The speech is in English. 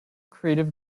creative